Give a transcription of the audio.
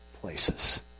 places